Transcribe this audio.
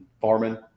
farming